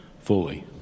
fully